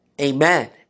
Amen